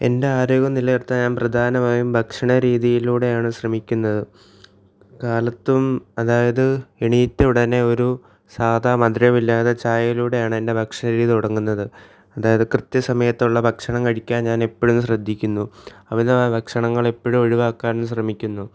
എൻ്റെ ആരോഗ്യം നിലനിർത്താൻ ഞാൻ പ്രധാനമായും ഭക്ഷണ രീതിയിലൂടെയാണ് ശ്രമിക്കുന്നത് കാലത്തും അതായത് എണീറ്റ ഉടനെ ഒരു സാധാരണ മധുരമില്ലാതെ ചായയിലൂടെയാണ് എൻ്റെ ഭക്ഷ്യരീതി തുടങ്ങുന്നത് അതായത് കൃത്യ സമയത്തുള്ള ഭക്ഷണം കഴിക്കാൻ ഞാൻ എപ്പോഴും ശ്രദ്ധിക്കുന്നു അമിതമായ ഭക്ഷണങ്ങൾ എപ്പോഴും ഒഴിവാക്കാനും ശ്രമിക്കുന്നു